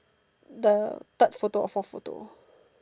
the third photo or forth photo